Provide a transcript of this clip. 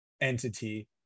entity